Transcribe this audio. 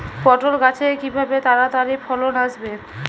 পটল গাছে কিভাবে তাড়াতাড়ি ফলন আসবে?